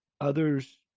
others